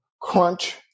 crunch